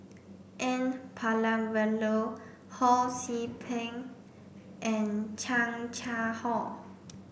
N Palanivelu Ho See Beng and Chan Chang How